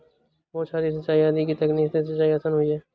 बौछारी सिंचाई आदि की तकनीक से सिंचाई आसान हुई है